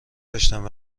داشتند